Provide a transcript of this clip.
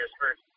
first